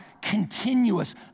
continuous